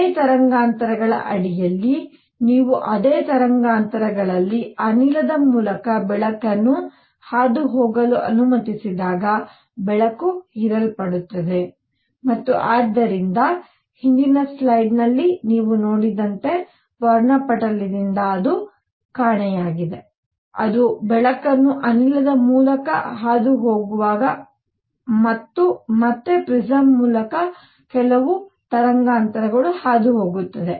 ಅದೇ ತರಂಗಾಂತರಗಳ ಅಡಿಯಲ್ಲಿ ನೀವು ಅದೇ ತರಂಗಾಂತರಗಳಲ್ಲಿ ಅನಿಲದ ಮೂಲಕ ಬೆಳಕನ್ನು ಹಾದುಹೋಗಲು ಅನುಮತಿಸಿದಾಗ ಬೆಳಕು ಹೀರಲ್ಪಡುತ್ತದೆ ಮತ್ತು ಆದ್ದರಿಂದ ಹಿಂದಿನ ಸ್ಲೈಡ್ ನಲ್ಲಿ ನೀವು ನೋಡಿದಂತೆ ವರ್ಣಪಟಲದಿಂದ ಅದು ಕಾಣೆಯಾಗಿದೆ ಅದು ಬೆಳಕನ್ನು ಅನಿಲದ ಮೂಲಕ ಹಾದುಹೋದಾಗ ಮತ್ತು ಮತ್ತೆ ಪ್ರಿಸಂ ಮೂಲಕ ಕೆಲವು ತರಂಗಾಂತರಗಳು ಹಾದುಹೋಗುತ್ತದೆ